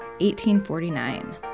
1849